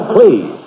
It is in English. Please